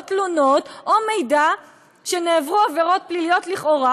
תלונות או מידע שנעברו עבירות פליליות לכאורה,